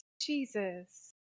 Jesus